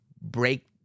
break